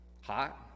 Hot